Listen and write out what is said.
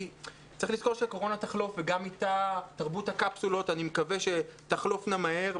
צריך לזכור שהקורונה תחלוף ואיתה אני מקווה שתרבות הקפסולות תחלוף מהר.